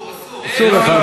אסור, אסור.